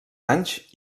anys